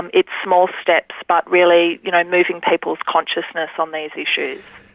and it's small steps, but really you know moving people's consciousness on these issues.